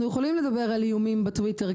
אנחנו יכולים לדבר על איומים בטוייטר,